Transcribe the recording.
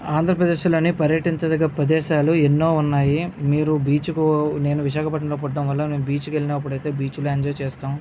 ఆంధ్రప్రదేశ్లోని పర్యటించదగ్గ ప్రదేశాలు ఎన్నో ఉన్నాయి మీరు బీచ్కు నేను విశాఖపట్టణంలో పుట్టడం వల్ల నేను బీచ్కి వెళ్ళినప్పుడు అయితే బీచ్లో ఎంజాయ్ చేస్తాం